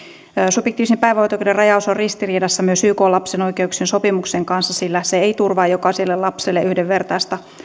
subjektiivisen päivähoito oikeuden rajaus on ristiriidassa myös ykn lapsen oikeuksien sopimuksen kanssa sillä se ei turvaa jokaiselle lapselle yhdenvertaista